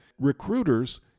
recruiters